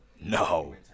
No